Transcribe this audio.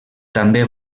també